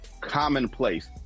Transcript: commonplace